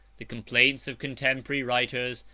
the complaints of contemporary writers,